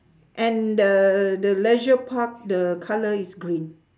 and the the leisure park the colour is green